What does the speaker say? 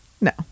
No